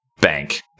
bank